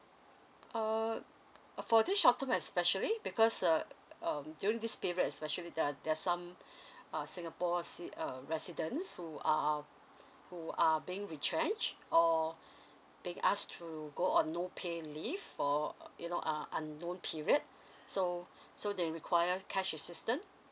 err okay for the short term especially because uh um during this period especially there are there's uh singapore ci~ uh residents who are who are being retrench or being ask through go on no pay leave for you know ah unknown period so so they require cash assistant